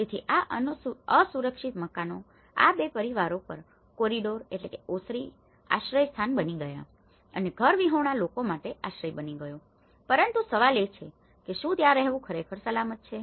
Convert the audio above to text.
તેથી આ અસુરક્ષિત મકાનો આ બે પરિવારો માટે કોરિડોરcorridorsઓસરી આશ્રયસ્થાન બની ગયા છે અને ઘરવિહોણા લોકો માટે આશ્રય બની ગયો છે પરંતુ સવાલ એ છે કે શું ત્યાં રહેવું ખરેખર સલામત છે